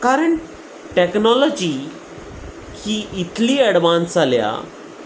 कारण टॅक्नोलॉजी ही इतली एडवान्स जाल्या